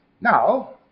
Now